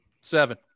Seven